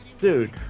Dude